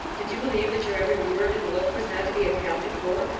did you believe that your every word and look was not to be accounted for,